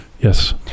Yes